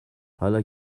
حالا